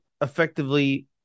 effectively